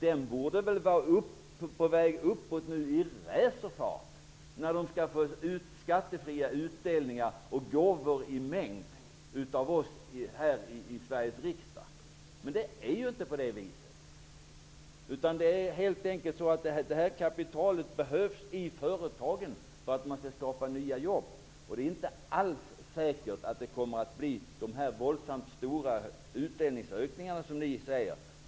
Den borde väl nu vara på väg uppåt i racerfart när det blir skattefria utdelningar och gåvor i mängd från oss här i Sveriges riksdag. Men det är inte på det viset. Detta kapital behövs i företagen för att skapa nya jobb. Det är inte alls säkert att det kommer att bli dessa våldsamt stora utdelningsökningar som ni säger.